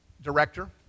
director